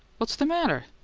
what's the matter?